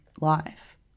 life